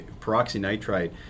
peroxynitrite